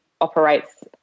operates